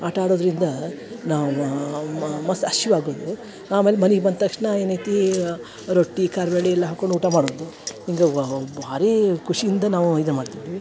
ಆಟ ಆಡೋದರಿಂದ ನಾವು ಮಾ ಮಾ ಮಸ್ ಹಶ್ವ್ ಆಗೋದು ಆಮೇಲೆ ಮನಿಗೆ ಬಂದ ತಕ್ಷಣ ಏನೈತಿ ರೊಟ್ಟಿ ಕಾರ್ವಳ್ಳಿ ಎಲ್ಲ ಹಾಕೊಂಡು ಊಟ ಮಾಡೋದು ಹಿಂಗೆ ಭಾರೀ ಖುಷಿಯಿಂದ ನಾವು ಇದು ಮಾಡ್ತಿದ್ವಿ